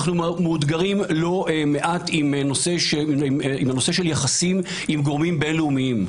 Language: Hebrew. אנו מאותגרים לא מעט עם נושא של יחסים עם גורמים בין לאומיים.